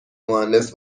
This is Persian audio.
مهندس